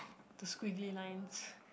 the squiggly lines